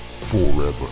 forever